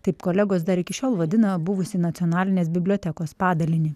taip kolegos dar iki šiol vadina buvusį nacionalinės bibliotekos padalinį